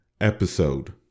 episode